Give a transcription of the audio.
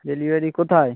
delivery কোথায়